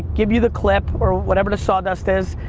give you the clip or whatever the sawdust is,